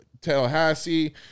Tallahassee